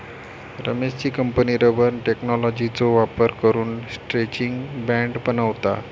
रमेशची company rubber टेक्नॉलॉजीचो वापर करून स्ट्रैचिंग बँड बनवता